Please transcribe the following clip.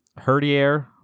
Herdier